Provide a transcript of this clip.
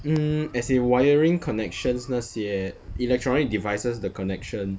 hmm as in wiring connections 那些 electronic devices 的 connection